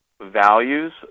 values